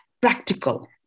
practical